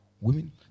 women